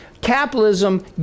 Capitalism